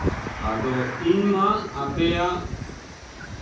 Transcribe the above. ᱟᱫᱚ ᱤᱧ ᱢᱟ ᱟᱯᱮᱭᱟᱜ